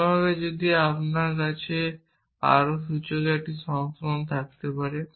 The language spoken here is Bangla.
কোনোভাবে যদি আমার কাছে আরও সূচকের একটি সংস্করণ থাকতে পারে